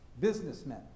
Businessmen